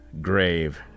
grave